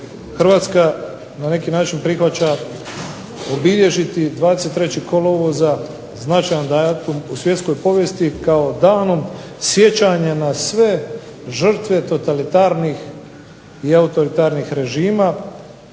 Hrvatska na neki način prihvaća obilježiti 23. kolovoza značajan datum u svjetskoj povijesti kao danom sjećanja na sve žrtve totalitarnih i autoritarnih režima